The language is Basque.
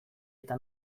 eta